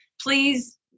please